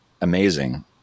Amazing